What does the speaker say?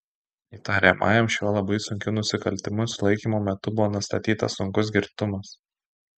įtariamajam šiuo labai sunkiu nusikaltimu sulaikymo metu buvo nustatytas sunkus girtumas